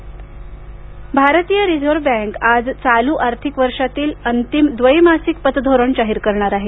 reserve bank भारतीय reserve bank आज चालू आर्थिक वर्षातील शेवटचे द्वैमासिक पतधोरण जाहीर करणार आहे